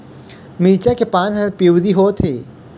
मिरचा के पान हर पिवरी होवथे?